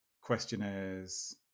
questionnaires